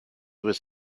was